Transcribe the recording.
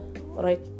right